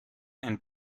and